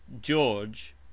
George